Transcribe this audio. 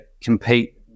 compete